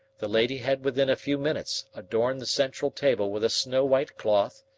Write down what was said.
the lady had within a few minutes adorned the central table with a snow-white cloth,